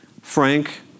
Frank